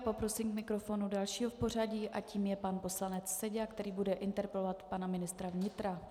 Poprosím k mikrofonu dalšího v pořadí a tím je pan poslanec Seďa, který bude interpelovat pana ministra vnitra.